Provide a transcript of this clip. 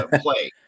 play